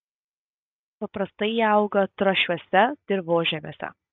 paprastai jie auga trąšiuose dirvožemiuose